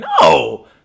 no